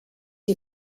you